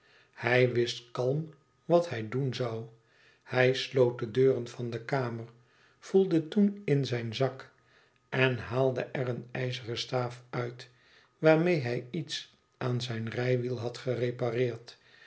hij wist kalm wat hij doen zoû hij sloot de deuren van de kamer voelde toen in zijn zak en haalde er een ijzeren staaf uit waarmede hij iets aan zijn rijwiel had gerepareerd